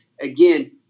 again